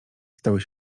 stały